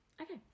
Okay